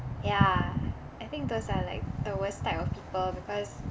ya I think those are like the worst type of people because